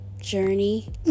journey